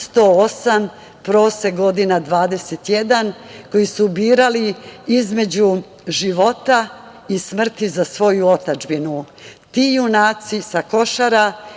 108, prosek godina 21 koji su birali između života i smrti za svoju otadžbinu. Ti junaci sa Košara